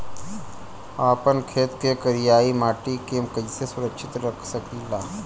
आपन खेत के करियाई माटी के कइसे सुरक्षित रख सकी ला?